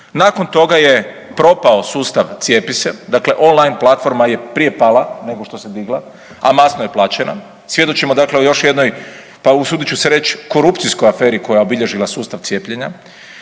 Nakon toga je propao sustav „Cijepi se“, dakle online platforma je prije pala nego što se digla, a masno je plaćena. Svjedočimo dakle o još jednoj pa usudit ću se reć korupcijskoj aferi koja je obilježila sustav cijepljenja.